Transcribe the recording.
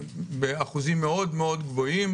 באחוזים גבוהים מאוד